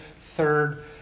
third